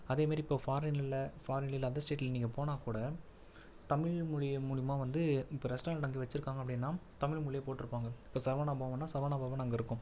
அதேமாரி இப்போ ஃபாரின்லிலில் ஃபாரின்லில் அதர் ஸ்டேட்டில் நீங்கள் போனால்கூட தமிழ்மொழியின் மூலிமா வந்து இப்போ ரெஸ்டாரண்ட் அங்கே வைச்சுருக்காங்க அப்படின்னா தமிழ்மொழியில் போட்டிருப்பாங்க இப்போ சரவணா பவன்னால் சரவணா பவன் அங்கே இருக்கும்